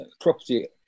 property